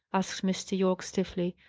asked mr. yorke stiffly,